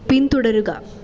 പിന്തുടരുക